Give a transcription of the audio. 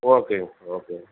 ஓகேங்க சார் ஓகேங்க